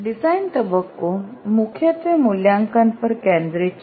design તબક્કો મુખ્યત્વે મૂલ્યાંકન પર કેન્દ્રિત છે